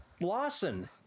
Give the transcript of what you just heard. Lawson